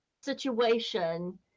situation